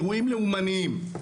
אירועים לאומניים,